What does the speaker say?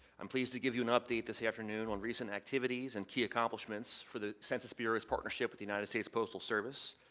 i'm pleased to give you an up date this afternoon on recent activities and key accomplishments for the census bureau bureau's partnership with the united states postal service.